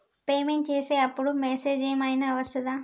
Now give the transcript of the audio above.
Payment చేసే అప్పుడు message ఏం ఐనా వస్తదా?